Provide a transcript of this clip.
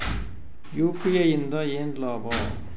UPI ಇಂದ ಏನ್ ಲಾಭ?